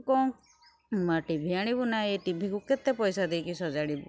କଣ ନୂଆ ଟିଭି ଆଣିବୁ ନା ଏଇ ଟିଭିକୁ କେତେ ପଇସା ଦେଇକି ସଜାଡ଼ିବୁ